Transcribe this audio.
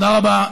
תודה רבה.